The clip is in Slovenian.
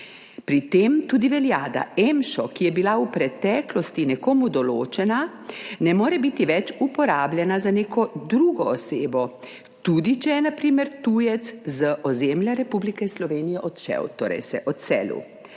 Pri tem tudi velja, da EMŠO, ki je bil v preteklosti nekomu določen, ne more biti več uporabljen za neko drugo osebo, tudi če je na primer tujec z ozemlja Republike Slovenije odšel, torej se je odselil.